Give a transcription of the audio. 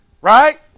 right